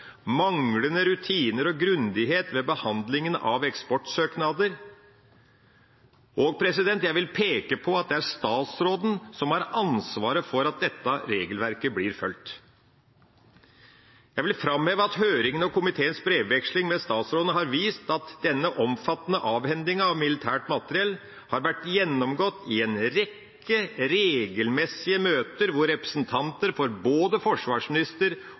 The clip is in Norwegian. manglende rutiner og grundighet ved behandlingen av eksportsøknader, og jeg vil peke på at det er statsråden som har ansvaret for at dette regelverket blir fulgt. Jeg vil framheve at høringen og komiteens brevveksling med statsråden har vist at denne omfattende avhendingen av militært materiell har vært gjennomgått i en rekke regelmessige møter hvor representanter for både forsvarsminister